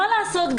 מה לעשות,